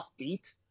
offbeat